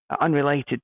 unrelated